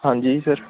ਹਾਂਜੀ ਸਰ